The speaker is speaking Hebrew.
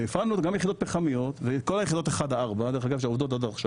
והפעלנו גם יחידות פחמיות ואת כל היחידות 1-4 דרך אגב שעובדות עד עכשיו